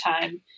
time